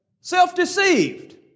Self-deceived